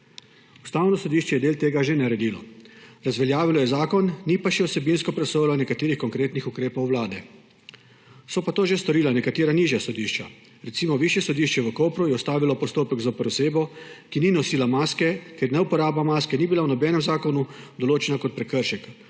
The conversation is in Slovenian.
Ustavno sodišče je del tega že naredilo. Razveljavilo je zakon, ni pa še vsebinsko presojalo o nekaterih konkretnih ukrepih Vlade. So pa to že storila nekatera nižja sodišča. Recimo Višje sodišče v Kopru je ustavilo postopek zoper osebo, ki ni nosila maske, ker neuporaba maske ni bila v nobenem zakonu določena kot prekršek.